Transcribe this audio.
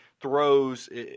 throws